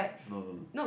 no no